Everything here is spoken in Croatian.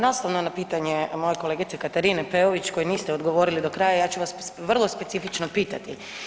Naslovno na pitanje moje kolegice Katarine Peović koji niste odgovorili do kraja, ja ću vas vrlo specifično pitati.